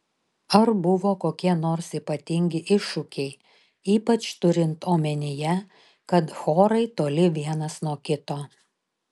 ar buvo kokie nors ypatingi iššūkiai ypač turint omenyje kad chorai toli vienas nuo kito